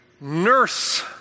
nurse